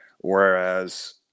whereas